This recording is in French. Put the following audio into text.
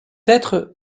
être